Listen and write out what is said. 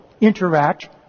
interact